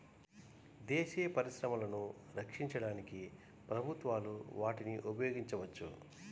దేశీయ పరిశ్రమలను రక్షించడానికి ప్రభుత్వాలు వాటిని ఉపయోగించవచ్చు